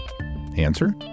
Answer